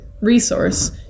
resource